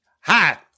hi